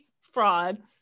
fraud